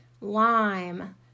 lime